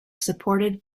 supported